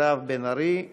מירב בן ארי,